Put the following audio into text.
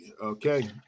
Okay